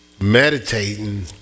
meditating